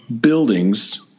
buildings